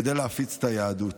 כדי להפיץ את היהדות.